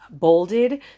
bolded